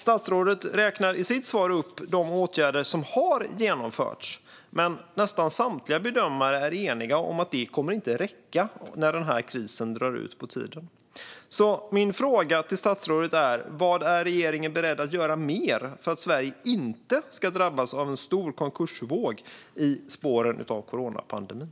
Statsrådet räknar i sitt svar upp de åtgärder som har genomförts, men nästan samtliga bedömare är eniga om att det inte kommer att räcka när krisen drar ut på tiden. Min fråga till statsrådet är: Vad är regeringen beredd att göra mer för att Sverige inte ska drabbas av en stor konkursvåg i spåren av coronapandemin?